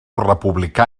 republicà